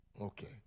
Okay